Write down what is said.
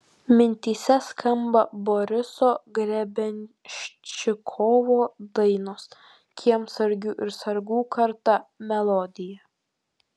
mintyse skamba boriso grebenščikovo dainos kiemsargių ir sargų karta melodija